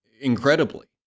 incredibly